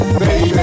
baby